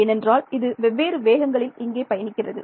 ஏனென்றால் இது வெவ்வேறு வேகங்களில் இங்கே பயணிக்கிறது